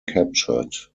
captured